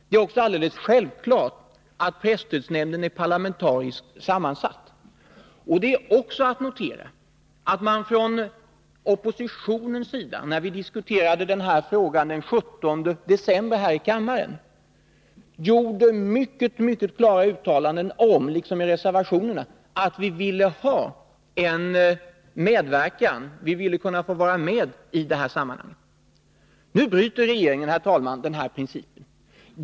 Det är också alldeles självklart att presstödsnämnden är parlamentariskt sammansatt, och det är också att notera att det från oppositionens sida, när vi diskuterade den här frågan den 17 december förra året här i kammaren, gjordes mycket, mycket klara uttalanden — liksom i resverationerna — om att vi vill ha en medverkan, vi ville kunna få vara med i det här sammanhanget. Nu bryter regeringen, herr talman, den här principen.